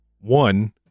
One